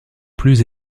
plus